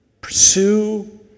Pursue